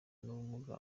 n’ubumuga